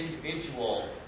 Individual